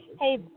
Hey